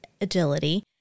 agility